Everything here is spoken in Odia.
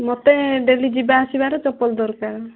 ମୋତେ ଡେଲି ଯିବା ଆସିବାର ଚପଲ ଦରକାର